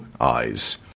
eyes